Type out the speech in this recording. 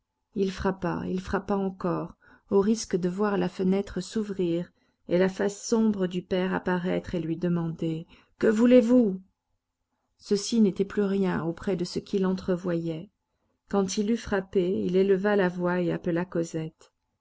il frappa il frappa encore au risque de voir la fenêtre s'ouvrir et la face sombre du père apparaître et lui demander que voulez-vous ceci n'était plus rien auprès de ce qu'il entrevoyait quand il eut frappé il éleva la voix et appela cosette